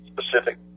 specific